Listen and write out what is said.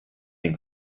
den